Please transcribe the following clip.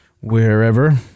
wherever